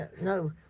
No